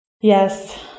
Yes